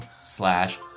slash